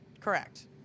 Correct